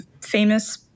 famous